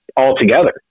altogether